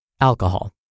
Alcohol